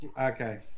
Okay